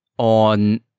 on